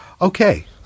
okay